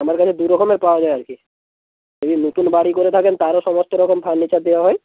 আমার কাছে দু রকমের পাওয়া যায় আর কি যদি নতুন বাড়ি করে থাকেন তারও সমস্ত রকম ফার্নিচার দেওয়া হয়